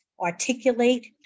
articulate